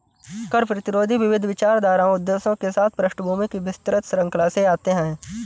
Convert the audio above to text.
कर प्रतिरोधी विविध विचारधाराओं उद्देश्यों के साथ पृष्ठभूमि की विस्तृत श्रृंखला से आते है